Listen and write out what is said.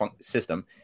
system